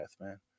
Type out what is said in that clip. man